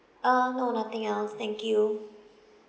uh no nothing else thank you